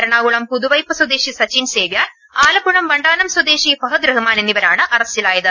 എറണകുളം പുതുവൈപ്പ് സ്വദേശി സച്ചിൻ സേവ്യർ ആലപ്പുഴ വണ്ടാനം സ്വദേശി ഫഹദ് റഹ്മാൻ എന്നിവരാണ് അറസ്റ്റിലായത്